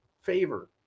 favor